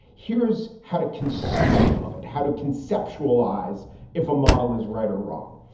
here's how to conceive of it, how to conceptualize if a model is right or wrong.